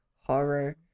horror